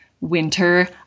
winter